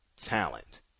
talent